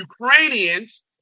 Ukrainians